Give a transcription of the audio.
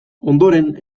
ondoren